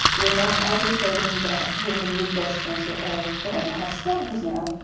we're not advocating that women with breast cancer all go and have statins now,